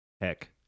Heck